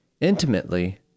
intimately